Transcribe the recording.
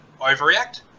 overreact